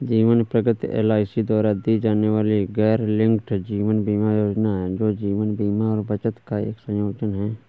जीवन प्रगति एल.आई.सी द्वारा दी जाने वाली गैरलिंक्ड जीवन बीमा योजना है, जो जीवन बीमा और बचत का एक संयोजन है